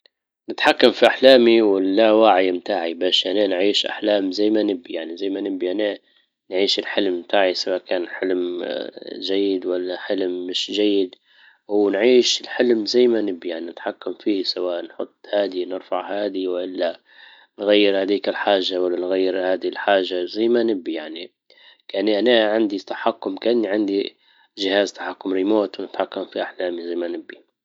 نتحكم في احلامي واللاوعي متاعي باش انا نعيش احلام زي ما نبي يعني زي ما نبي انا نعيش الحلم متاعي سواء كان حلم جيد ولا حلم مش جيد ونعيش الحلم زي ما نبي نتحكم فيه سواء نحط هادي نرفع هادي والا نغير هاديك الحاجة ولا نغير هذه الحاجة زي ما نبي يعني. يعني انا عندي تحكم كاني عندي جهاز تحكم ريموت ونتحكم في احلامي زي ما نبي